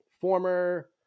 former